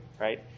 right